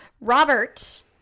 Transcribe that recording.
Robert